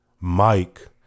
Mike